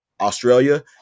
Australia